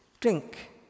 drink